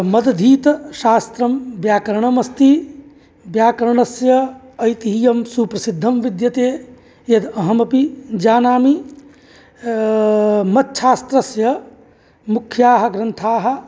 मदधीतशास्त्रं व्याकरणमस्ति व्याकरणस्य ऐतिह्यं सुप्रसिद्धं विद्यते यद् अहमपि जानामि मच्छास्त्रस्य मुख्याः ग्रन्थाः